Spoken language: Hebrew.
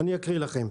אקרא לכם: